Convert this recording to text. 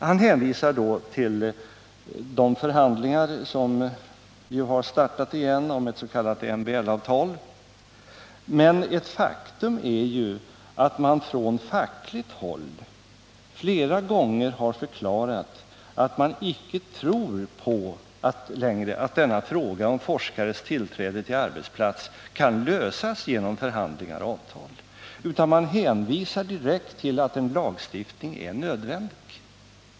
Han hänvisar då till förhandlingar som ju startat igen om ett s.k. MBL-avtal, men ett faktum är ju att man från fackligt håll flera gånger har förklarat att man icke längre tror på att denna fråga om forskares tillträde till arbetsplats kan lösas genom förhandlingar och avtal, utan man hänvisar direkt till att en lagstiftning är nödvändig.